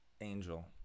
angel